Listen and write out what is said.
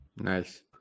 Nice